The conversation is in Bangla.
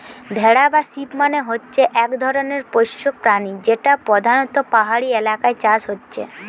ভেড়া বা শিপ মানে হচ্ছে এক ধরণের পোষ্য প্রাণী যেটা পোধানত পাহাড়ি এলাকায় চাষ হচ্ছে